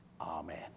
amen